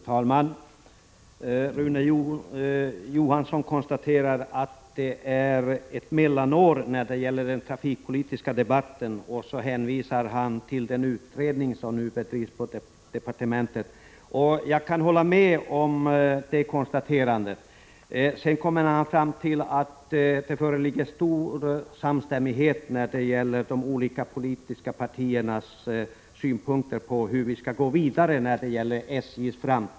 Fru talman! Rune Johansson konstaterar att det är ett mellanår när det gäller den trafikpolitiska debatten och hänvisar till den utredning som nu pågår på departementet. Jag kan hålla med om det konstaterandet. Sedan kommer han fram till att det föreligger stor samstämmighet i de olika politiska partiernas synpunkter på hur vi skall gå vidare när det gäller SJ:s framtid.